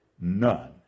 None